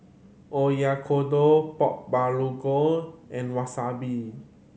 Oyakodon Pork Bulgogi and Wasabi